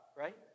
right